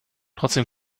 trotzdem